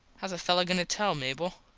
hows a fello goin to tell, mable?